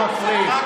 אתם מפריעים.